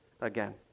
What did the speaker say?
again